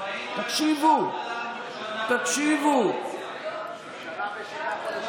ראינו איך, תקשיבו, תקשיבו.